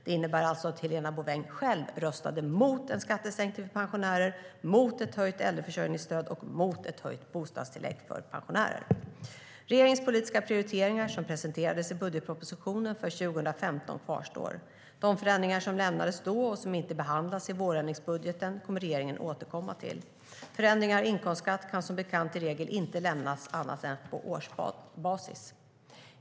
Det innebär alltså att Helena Bouveng själv röstade emot en skattesänkning för pensionärerna, emot ett höjt äldreförsörjningsstöd och emot ett höjt bostadstillägg för pensionärer. Regeringens politiska prioriteringar som presenterades i budgetpropositionen för 2015 kvarstår. De förslag som lämnades då och som inte behandlas i vårändringsbudgeten kommer regeringen att återkomma till. Förändringar av inkomstskatt kan som bekant i regel inte lämnas annat än på årsbasis.